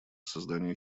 созданию